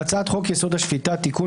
הצעת חוק-יסוד: השפיטה (תיקון,